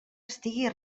estigui